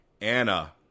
Anna